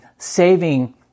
Saving